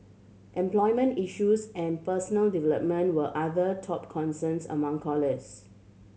employment issues and personal development were other top concerns among callers